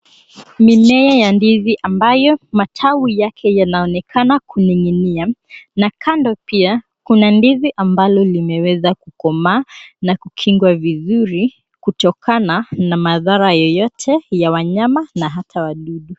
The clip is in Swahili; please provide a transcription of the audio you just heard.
Mimea ya ndizi ambayo matawi yake yanaonekana kuning'inia na kando pia, kuna ndizi ambalo limeweza kukomaa na kukingwa vizuri kutokana na madhara yoyote ya wanyama na hata wadudu.